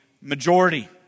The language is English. majority